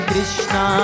Krishna